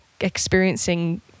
experiencing